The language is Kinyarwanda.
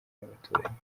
n’abaturanyi